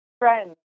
friends